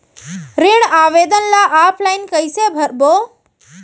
ऋण आवेदन ल ऑफलाइन कइसे भरबो?